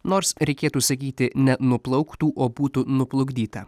nors reikėtų sakyti ne nuplauktų o būtų nuplukdyta